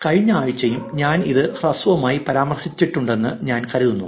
കഴിഞ്ഞ ആഴ്ചയും ഞാൻ ഇത് ഹ്രസ്വമായി പരാമർശിച്ചിട്ടുണ്ടെന്ന് ഞാൻ കരുതുന്നു